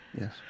yes